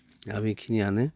दा बेखिनियानो